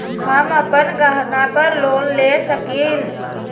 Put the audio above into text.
हम अपन गहना पर लोन ले सकील?